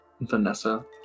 Vanessa